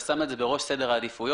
ושם את זה בראש סדר העדיפויות.